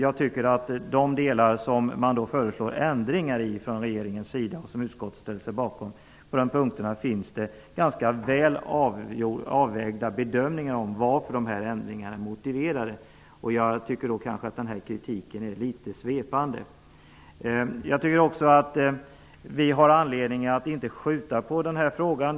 De ändringar som regeringen föreslår och som utskottet ställer sig bakom grundar sig på ganska väl avvägda bedömningar av varför dessa ändringar är motiverade. Jag tycker därför att kritiken är litet svepande. Vi har anledning att inte skjuta på frågan.